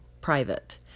private